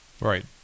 Right